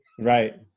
Right